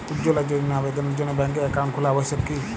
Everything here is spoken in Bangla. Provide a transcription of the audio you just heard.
উজ্জ্বলা যোজনার আবেদনের জন্য ব্যাঙ্কে অ্যাকাউন্ট খোলা আবশ্যক কি?